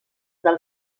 del